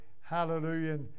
hallelujah